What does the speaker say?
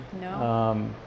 No